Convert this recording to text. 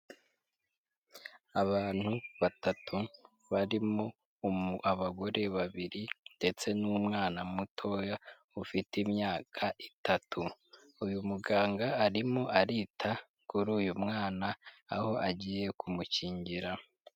Abantu batatu barimo abagore babiri ndetse n'umwana mutoya ufite imyaka itatu, uyu muganga arimo arita kuri uyu mwana aho agiye kumukingira.